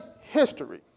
history